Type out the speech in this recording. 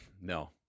No